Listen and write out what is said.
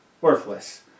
worthless